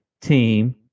team